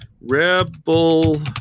Rebel